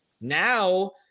now